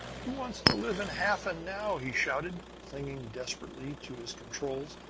who wants to live in hafen now? he shouted, clinging desperately to his controls.